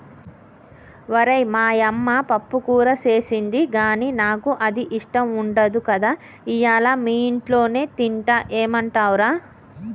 ఓరై మా యమ్మ పప్పుకూర సేసింది గానీ నాకు అది ఇష్టం ఉండదు కదా ఇయ్యల మీ ఇంట్లోనే తింటా ఏమంటవ్ రా